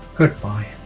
goodbye.